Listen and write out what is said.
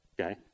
Okay